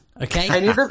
okay